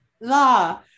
La